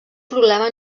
problema